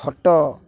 ଖଟ